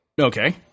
Okay